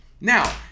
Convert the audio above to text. Now